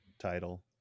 title